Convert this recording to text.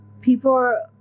people